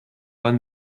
juan